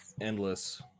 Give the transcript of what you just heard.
endless